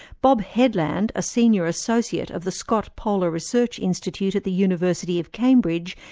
bob headland, a senior associate of the scott polar research institute at the university of cambridge,